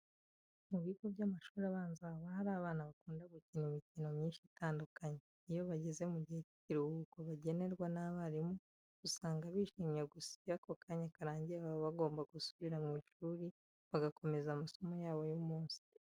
Mu bigo by'amashuri abanza haba hari abana bakunda gukina imikino myinshi itandukanye. Iyo bageze mu gihe cy'ikiruhuko bagenerwa n'abarimu, usanga bishimye gusa iyo ako kanya karangiye baba bagomba gusubira mu ishuri bagakomeza amasomo yabo y'umunsi.